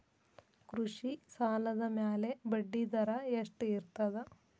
ಕೃಷಿ ಸಾಲದ ಮ್ಯಾಲೆ ಬಡ್ಡಿದರಾ ಎಷ್ಟ ಇರ್ತದ?